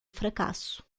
fracasso